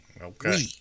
Okay